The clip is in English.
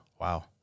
Wow